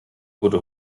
tote